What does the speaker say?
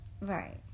Right